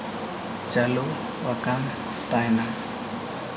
ᱪᱟᱹᱞᱩ ᱟᱠᱟᱱ ᱛᱟᱦᱮᱱᱟ